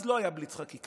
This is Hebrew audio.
אז לא היה בליץ חקיקה.